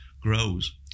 grows